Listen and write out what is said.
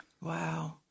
Wow